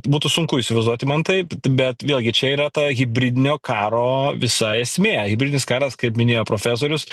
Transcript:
būtų sunku įsivaizduoti man tai t bet vėlgi čia yra ta hibridinio karo visa esmė hibridinis karas kaip minėjo profesorius